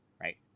right